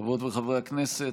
(הישיבה נפסקה בשעה 11:27 ונתחדשה בשעה 06:44.) חברות וחברי הכנסת,